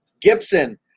Gibson